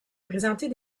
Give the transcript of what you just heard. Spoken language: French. présenter